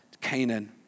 Canaan